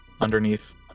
underneath